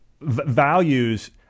values